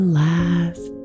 last